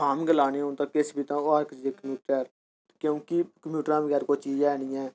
form गै लाने होन तां किश बी तां ओह् हर इक चीज कंप्यूटरै उप्पर क्योंकि कंप्यूटरै शा बगैर कोई चीज है निं ऐ